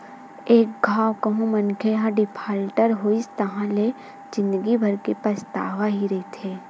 एक घांव कहूँ मनखे ह डिफाल्टर होइस ताहाँले ले जिंदगी भर के पछतावा ही रहिथे